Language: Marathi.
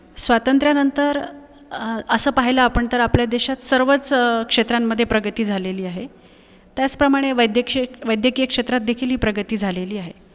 स्वातंत्र्यानंतर असं पाहिलं आपण तर आपल्या देशात सर्वच क्षेत्रांमध्ये प्रगती झालेली आहे त्याचप्रमाणे वैद्यक्षे वैद्यकीय क्षेत्रात देखील ही प्रगती झालेली आहे